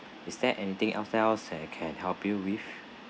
is there anything else else that I can help you with